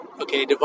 Okay